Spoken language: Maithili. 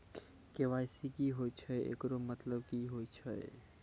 के.वाई.सी की होय छै, एकरो मतलब की होय छै?